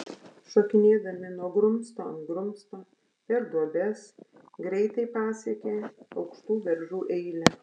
šokinėdami nuo grumsto ant grumsto per duobes greitai pasiekė aukštų beržų eilę